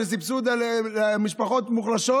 של סבסוד משפחות מוחלשות,